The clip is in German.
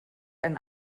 ein